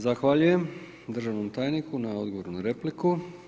Zahvaljujem državnom tajniku na odgovor na repliku.